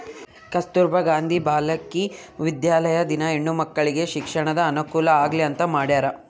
ಕಸ್ತುರ್ಭ ಗಾಂಧಿ ಬಾಲಿಕ ವಿದ್ಯಾಲಯ ದಿನ ಹೆಣ್ಣು ಮಕ್ಕಳಿಗೆ ಶಿಕ್ಷಣದ ಅನುಕುಲ ಆಗ್ಲಿ ಅಂತ ಮಾಡ್ಯರ